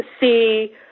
see